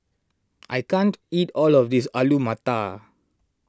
I can't eat all of this Alu Matar